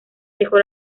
dejó